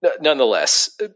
nonetheless